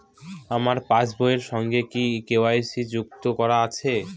আমার পাসবই এর সঙ্গে কি কে.ওয়াই.সি যুক্ত করা আছে?